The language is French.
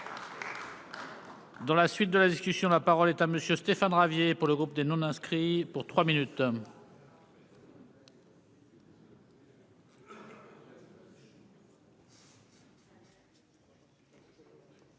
Dans la suite de la discussion, la parole est à monsieur Stéphane Ravier pour le groupe des non inscrits pour 3 minutes. Monsieur